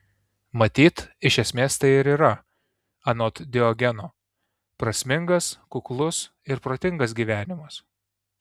matyt iš esmės tai ir yra anot diogeno prasmingas kuklus ir protingas gyvenimas